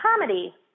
comedy